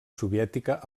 soviètica